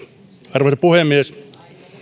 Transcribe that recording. arvoisa puhemies